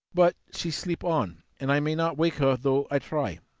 but she sleep on, and i may not wake her though i try.